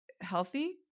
healthy